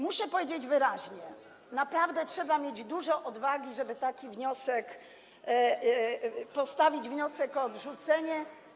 Muszę powiedzieć wyraźnie: naprawdę trzeba mieć dużo odwagi, żeby taki wniosek postawić, wniosek o odrzucenie.